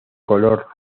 color